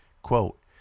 Quote